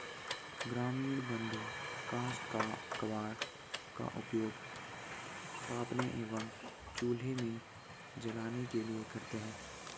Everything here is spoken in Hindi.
ग्रामीण बंधु काष्ठ कबाड़ का उपयोग तापने एवं चूल्हे में जलाने के लिए करते हैं